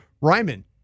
Ryman